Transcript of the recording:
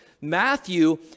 Matthew